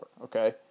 okay